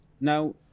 now